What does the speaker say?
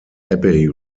abbey